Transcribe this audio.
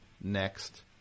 next